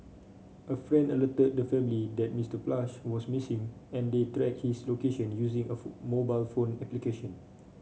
a friend alerted the family that Mister Plush was missing and they tracked his location using a phone mobile phone application